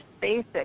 basic